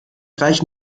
reichen